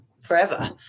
forever